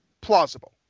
plausible